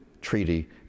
treaty